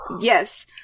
Yes